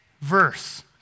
verse